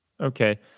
Okay